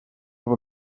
его